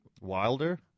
Wilder